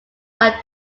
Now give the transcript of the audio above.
are